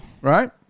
right